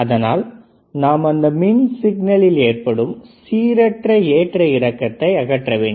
அதனால் நாம் அந்த மின் சிக்னலில் ஏற்படும் சீரற்ற ஏற்ற இறக்கத்தை அகற்றவேண்டும்